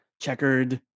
checkered